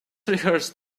rehearsed